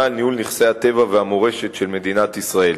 על ניהול נכסי הטבע והמורשת של מדינת ישראל.